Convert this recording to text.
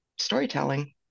storytelling